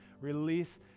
release